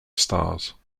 stars